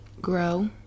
grow